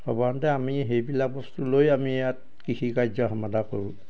সৰ্বসাধাৰণতে আমি সেইবিলাক বস্তু লৈয়ে আমি ইয়াত কৃষি কাৰ্য সমাধা কৰোঁ